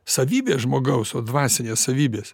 savybė žmogaus va dvasinės savybės